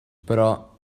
però